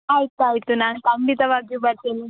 ಆಯ್ತು ಆಯ್ತು ನಾನು ಖಂಡಿತವಾಗಿಯು ಬರ್ತೇನೆ